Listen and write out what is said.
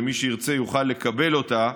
ומי שירצה יוכל לקבל אותה,